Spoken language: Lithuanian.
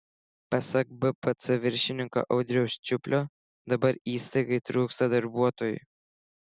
pasak bpc viršininko audriaus čiuplio dabar įstaigai trūksta darbuotojų